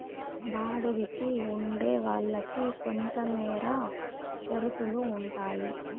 బాడుగికి ఉండే వాళ్ళకి కొంతమేర షరతులు ఉంటాయి